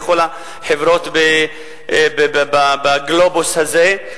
בכל החברות בגלובוס הזה,